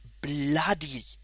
bloody